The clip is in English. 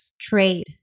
trade